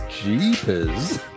Jeepers